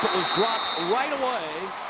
dropped right away.